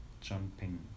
jumping